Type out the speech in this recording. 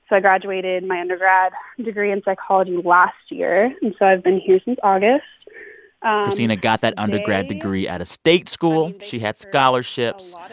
i graduated my undergrad degree in psychology last year, and so i've been here since august christina got that undergrad degree at a state school. she had scholarships,